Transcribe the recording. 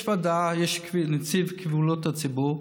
יש ועדה, יש נציג קבילות תלונות הציבור,